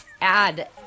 add